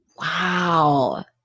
Wow